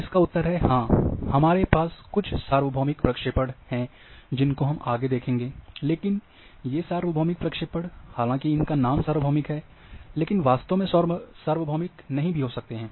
जिसका उत्तर है हां हमारे पास कुछ सार्वभौमिक प्रक्षेपण हैं जिनको हम आगे देखेंगे लेकिन ये सार्वभौमिक प्रक्षेपण हालांकि इनका नाम सार्वभौमिक है लेकिन वास्तव में सार्वभौमिक नहीं भी हो सकते हैं